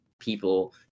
people